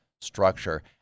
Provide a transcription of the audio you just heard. structure